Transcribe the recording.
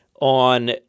on